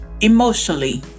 Emotionally